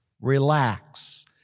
Relax